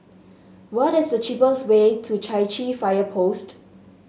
what is the cheapest way to Chai Chee Fire Post